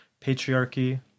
patriarchy